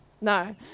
No